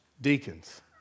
deacons